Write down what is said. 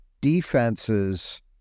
defenses